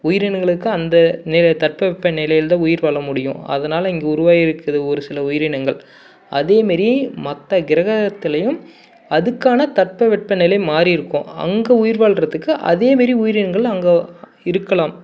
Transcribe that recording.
உயிரினங்களுக்கு அந்த நில தட்பவெட்பநிலையில் தான் உயிர் வாழ முடியும் அதனால இங்கே உருவாயிருக்கிற ஒரு சில உயிரினங்கள் அதே மாரி மற்ற கிரகத்திலையும் அதுக்கான தட்பவெட்பநிலை மாதிரிருக்கும் அங்கே உயிர் வாழறதுக்கு அதே மாரி உயிரினங்கள் அங்கே இருக்கலாம்